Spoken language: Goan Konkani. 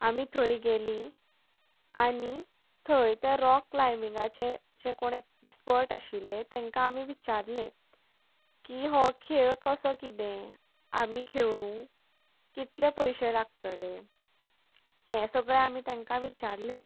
आमी थंय गेली आनी थंय तें रोक क्लांयबींगाचे जे कोण एक्सपर्ट आशिल्ले तेंका आमी विचारले की हो खेळ कसो कितें आमी खेळू कितलें पयशे लागतले हे सगळे आमी तांकां विचारले